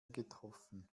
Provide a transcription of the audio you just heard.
getroffen